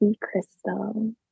crystal